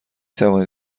توانید